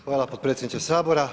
Hvala potpredsjedniče Sabora.